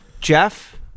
jeff